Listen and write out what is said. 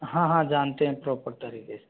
हाँ हाँ जानते हैं प्रॉपर तरीके से